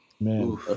Man